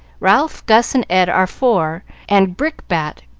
ralph, gus, and ed are for, and brickbat,